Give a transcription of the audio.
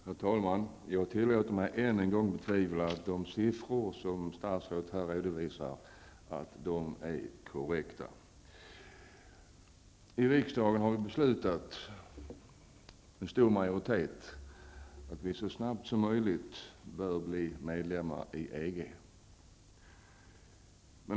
Herr talman! Jag tillåter mig än en gång betvivla att de siffror som statsrådet här redovisade är korrekta. Riksdagen har med stor majoritet beslutat att Sverige så snart som möjligt bör bli medlem i EG.